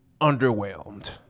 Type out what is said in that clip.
underwhelmed